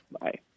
Bye